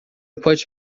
pode